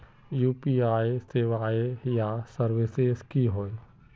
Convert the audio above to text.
UPI सेवाएँ या services की होय?